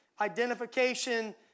Identification